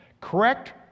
correct